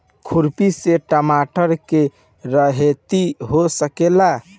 खुरपी से टमाटर के रहेती हो सकेला?